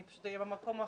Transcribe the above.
אני אהיה במקום אחר,